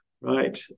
right